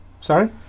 sorry